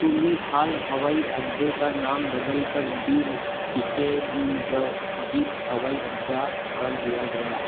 तुलिहाल हवाई अड्डे का नाम बदल कर बीर टिकेंद्रजीत हवाई अड्डा कर दिया गया